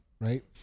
right